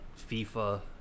FIFA